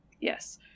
Yes